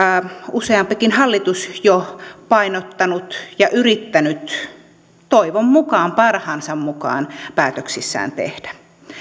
useampikin hallitus jo painottanut ja yrittänyt niitä toivon mukaan parhaansa mukaan päätöksissään tehdä